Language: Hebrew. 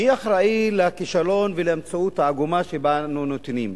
מי אחראי לכישלון ולמציאות העגומה שבה אנו נתונים?